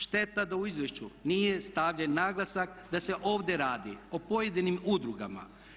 Šteta da u izvješću nije stavljen naglasak da se ovdje radi o pojedinim udrugama.